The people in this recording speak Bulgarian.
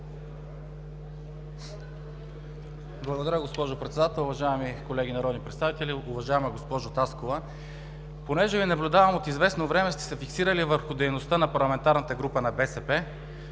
Благодаря, госпожо Председател. Уважаеми колеги народни представители! Уважаема госпожо Таскова, понеже Ви наблюдавам, че от известно време сте се фиксирали върху дейността на парламентарната група на БСП,